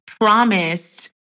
promised